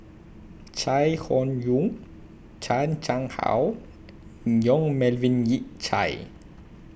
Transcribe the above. Chai Hon Yoong Chan Chang How Yong Melvin Yik Chye